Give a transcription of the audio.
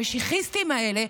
המשיחיסטים האלה,